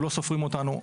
אנחנו לא סופרים אותנו,